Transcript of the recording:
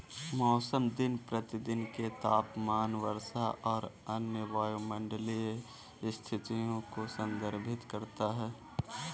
मौसम दिन प्रतिदिन के तापमान, वर्षा और अन्य वायुमंडलीय स्थितियों को संदर्भित करता है